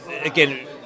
again